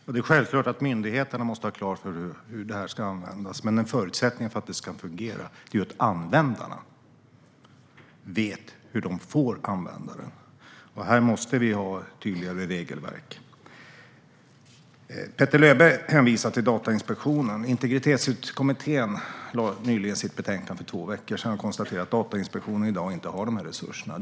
Fru talman! Det är självklart att myndigheterna måste ha klart för sig hur detta ska användas. Men en förutsättning för att det ska fungera är att användarna vet hur de får använda detta. Här måste vi ha tydligare regelverk. Petter Löberg hänvisar till Datainspektionen. För två veckor sedan lade Integritetsskyddskommittén fram sitt betänkande och konstaterade att Datainspektionen inte har dessa resurser i dag.